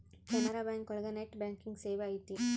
Canara bank ಒಳಗ net banking ಸೇವೆ ಐತಿ